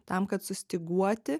tam kad sustyguoti